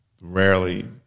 rarely